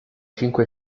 cinque